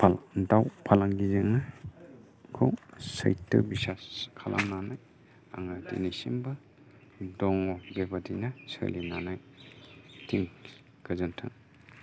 आं दाव फालांगिजोंनोखौ सैथो बिस्सास खालामनानै आङो दिनैसिमबो दङ बेबादिनो सोलिनानै दे गोजोन्थों